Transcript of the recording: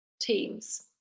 teams